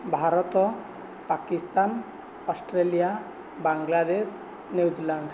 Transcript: Bharat Pakistan Australia Bangladesh New Zealand